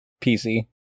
PC